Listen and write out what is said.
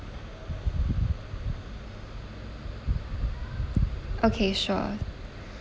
okay sure